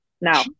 Now